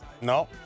No